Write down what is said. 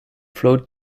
float